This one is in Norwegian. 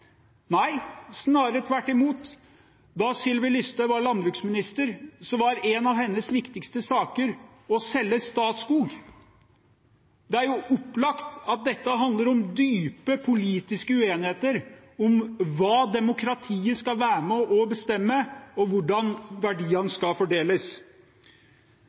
nei, snarere tvert imot. Da Sylvi Listhaug var landbruksminister, var en av hennes viktigste saker, å selge Statskog. Det er jo opplagt at dette handler om dype politiske uenigheter, om hva demokratiet skal være med på å bestemme og hvordan verdiene skal fordeles.